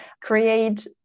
create